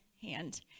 hand